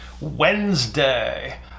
Wednesday